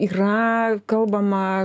yra kalbama